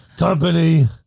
Company